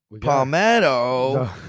palmetto